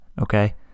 okay